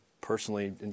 personally